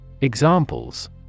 Examples